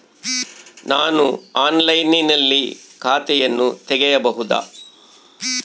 ನಾನು ಆನ್ಲೈನಿನಲ್ಲಿ ಖಾತೆಯನ್ನ ತೆಗೆಯಬಹುದಾ?